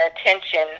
attention